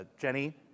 Jenny